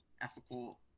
ethical